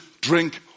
drink